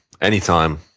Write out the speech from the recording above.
anytime